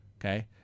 okay